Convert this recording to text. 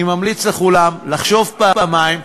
אני ממליץ לכולם לחשוב פעמיים.